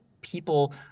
people